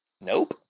nope